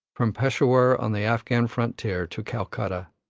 from peshawur on the afghan frontier to calcutta.